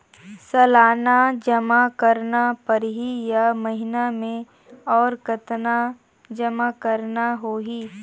सालाना जमा करना परही या महीना मे और कतना जमा करना होहि?